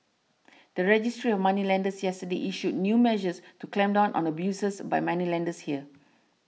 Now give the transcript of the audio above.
the registry of moneylenders yesterday issued new measures to clamp down on abuses by moneylenders here